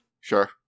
Sure